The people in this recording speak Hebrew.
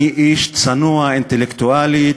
אני איש צנוע, אינטלקטואלי,